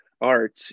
art